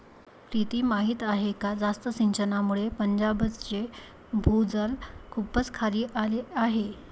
प्रीती माहीत आहे का जास्त सिंचनामुळे पंजाबचे भूजल खूपच खाली आले आहे